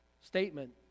statement